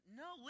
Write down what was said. no